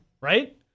right